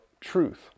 Truth